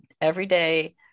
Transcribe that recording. everyday